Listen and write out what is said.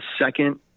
second